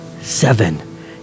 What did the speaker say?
seven